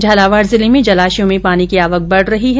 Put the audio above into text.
झालावाड़ जिले में जलाशयों में पानी की आवक बढ़ रही है